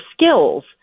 skills